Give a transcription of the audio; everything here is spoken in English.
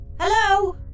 Hello